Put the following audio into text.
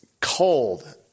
cold